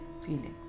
feelings